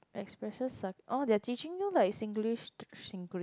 expresses some oh they're teaching you like Singlish